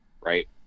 right